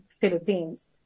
Philippines